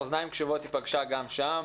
אוזניים קשובות היא פגשה גם שם,